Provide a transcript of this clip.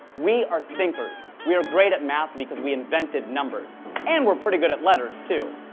we are thinkers. we are great at math because we invented numbers. and we're pretty good at letters too.